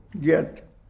get